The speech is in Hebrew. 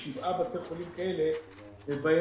בשבעה בתי חולים כאלה עסקינן.